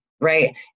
right